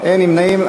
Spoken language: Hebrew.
אין נמנעים.